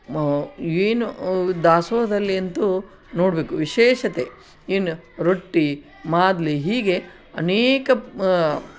ಮ ಏನು ದಾಸೋಹದಲ್ಲಿ ಅಂತೂ ನೋಡಬೇಕು ವಿಶೇಷತೆ ಏನು ರೊಟ್ಟಿ ಮಾದ್ಲಿ ಹೀಗೆ ಅನೇಕ